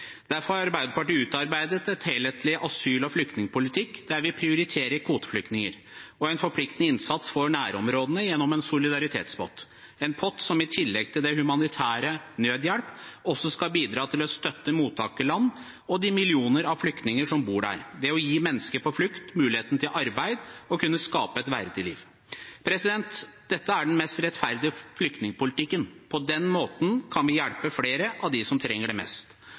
Derfor har Arbeiderpartiet utarbeidet en helhetlig asyl- og flyktningpolitikk, der vi prioriterer kvoteflyktninger og en forpliktende innsats for nærområdene gjennom en solidaritetspott – en pott som i tillegg til det humanitære, nødhjelp, skal bidra til å støtte mottakerlandene og de millioner av flyktninger som bor der ved å gi mennesker på flukt muligheten til arbeid og til å kunne skape et verdig liv. Dette er den mest rettferdige flyktningpolitikken. På den måten kan vi hjelpe flere av dem som trenger det mest.